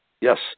Yes